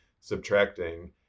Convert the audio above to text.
subtracting